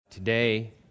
Today